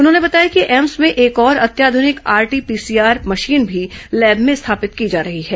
उन्होंने बताया कि एम्स में एक और अत्याध्रनिक आरटी पीसीआर मशीन भी लैब में स्थापित की जा रही है